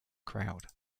crowd